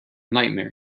nightmare